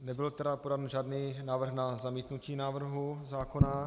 Nebyl podán žádný návrh na zamítnutí návrhu zákona.